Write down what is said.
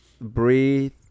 breathe